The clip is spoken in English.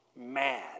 mad